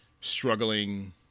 struggling